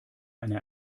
einer